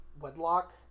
wedlock